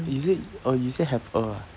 is it oh you say have a ah